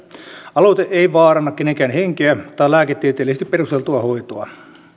aloite ei vaaranna kenenkään henkeä tai lääketieteellisesti perusteltua hoitoa